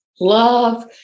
love